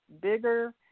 bigger